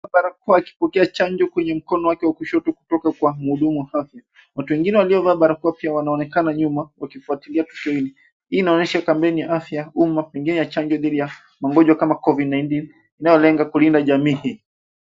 Barakoa akipokea chanje kwenye mkono wake wa kushoto kutoka kwa muhudumu wa afya. Watu wengine waliovaa barakoa pia wanaonekana nyuma wakifuatilia tukio hili. Hii inaonyesha kampeni ya afya au kampeni ya chanjo dhidi ya magonjwa kama covid 19 inayolenga kulinda jamii hii.